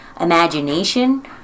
imagination